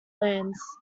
lands